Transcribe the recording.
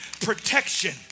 protection